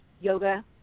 yoga